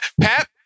Pap